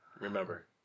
remember